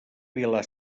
vila